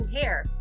hair